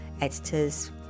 editors